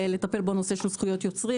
לטפל בו הוא נושא של זכויות יוצרים.